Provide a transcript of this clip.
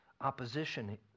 opposition